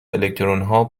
الکترونها